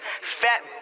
Fat